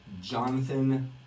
Jonathan